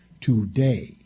today